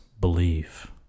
believe